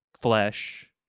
flesh